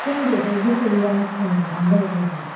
ꯐꯣꯟꯗꯣ ꯑꯩꯈꯣꯏ ꯕꯦꯠꯇꯔꯤ ꯌꯥꯝ ꯈꯥꯡꯕ ꯈꯥꯡꯗꯕ ꯂꯩꯗꯅ